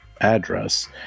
address